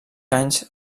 anys